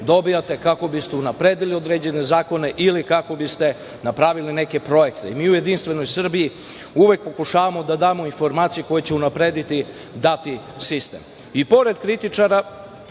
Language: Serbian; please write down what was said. kako biste unapredili određene zakone ili kako biste napravili neke projekte. Mi u Jedinstvenoj Srbiji uvek pokušavamo da damo informacije koje će unaprediti dati sistem. I pored kritičara,